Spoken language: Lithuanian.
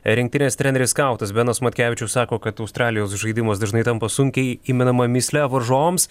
rinktinės treneris skautas benas matkevičius sako kad australijos žaidimas dažnai tampa sunkiai įmenama mįsle varžovams